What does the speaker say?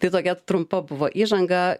tai tokia trumpa buvo įžanga